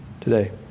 today